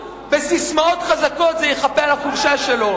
בססמאות חזקות זה יחפה על החולשה שלו.